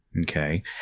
Okay